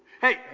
Hey